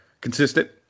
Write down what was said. consistent